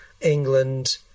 England